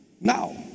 Now